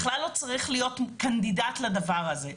בכלל לא צריך להיות קנדידט לדבר הזה,